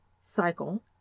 cycle